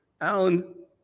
Alan